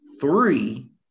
three